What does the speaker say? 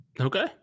Okay